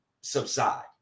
subside